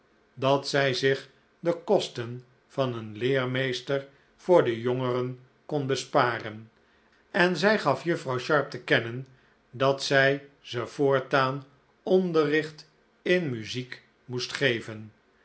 dat zij zich de kosten van een leermeester voor de jongeren kon besparen en zij gaf juffrouw sharp te kennen dat zij ze voortaan onderricht in muziek moest geven